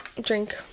drink